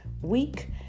week